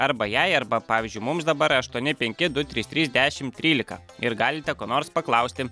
arba jai arba pavyzdžiui mums dabar aštuoni penki du trys trys dešim trylika ir galite ko nors paklausti